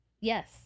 Yes